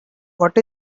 what